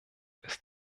ist